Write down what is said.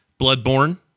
Bloodborne